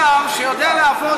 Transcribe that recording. כל שר שיודע לעבוד,